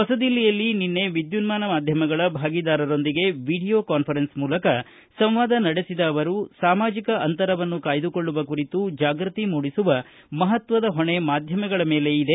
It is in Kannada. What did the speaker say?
ಹೊಸದಿಲ್ಲಿಯಲ್ಲಿ ನಿನ್ನೆ ವಿದ್ಯುನ್ನಾನ ಮಾಧ್ಯಮಗಳ ಬಾಗೀದಾರರರೊಂದಿಗೆ ವಿಡಿಯೋ ಕಾನ್ವರೆನ್ಸ್ ಮೂಲಕ ಸಂವಾದ ನಡೆಸಿದ ಅವರು ಸಾಮಾಜಿಕ ಅಂತರವನ್ನು ಕಾಯ್ದುಕೊಳ್ಳುವ ಕುರಿತು ಜಾಗೃತಿ ಮೂಡಿಸುವ ಮಹತ್ವದ ಹೊಣೆ ಮಾಧ್ಯಮಗಳ ಮೇಲೆ ಇದೆ